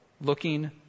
looking